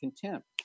contempt